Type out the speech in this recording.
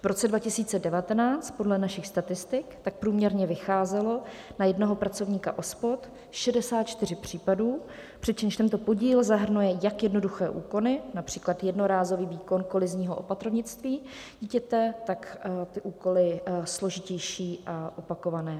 V roce 2019 podle našich statistik tak průměrně vycházelo na jednoho pracovníka OSPOD 64 případů, přičemž tento podíl zahrnuje jak jednoduché úkony, například jednorázový výkon kolizního opatrovnictví dítěte, tak ty úkoly složitější a opakované.